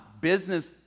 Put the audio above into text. business